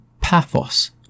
pathos